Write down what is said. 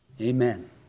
Amen